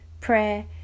prayer